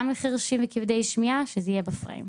גם לחירשים וכבדי שמיעה שזה יהיה בפריים.